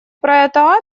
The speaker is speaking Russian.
проекта